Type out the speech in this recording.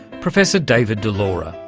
professor david dilaura,